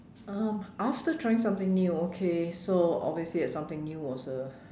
um after trying something new okay so obviously that something new was a